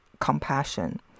compassion